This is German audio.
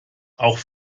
auch